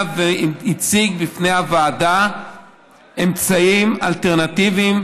והציג בפני הוועדה אמצעים אלטרנטיביים,